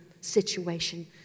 situation